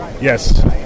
Yes